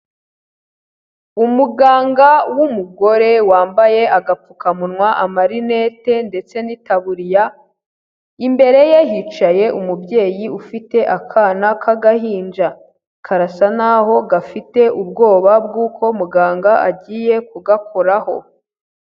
Umuganga w'umugore wambaye agapfukamunwa, amarinete ndetse n'itaburiya, imbere ye hicaye umubyeyi ufite akana k'agahinja, karasa naho gafite ubwoba bw'uko muganga agiye kugakoraho.